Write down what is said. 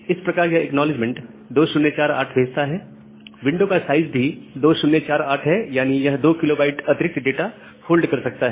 इस प्रकार यह एक्नॉलेजमेंट 2048 भेजता है विंडो का साइज भी 2048 है यानी यह 2 KB अतिरिक्त डेटा होल्ड कर सकता है